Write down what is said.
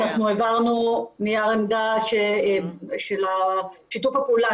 אנחנו העברנו נייר עמדה של שיתוף הפעולה